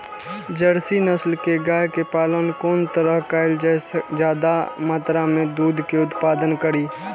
Jersey नस्ल के गाय के पालन कोन तरह कायल जाय जे ज्यादा मात्रा में दूध के उत्पादन करी?